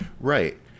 Right